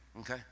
okay